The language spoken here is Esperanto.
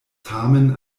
tamen